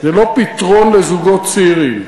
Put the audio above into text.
זה לא פתרון לזוגות צעירים,